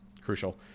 crucial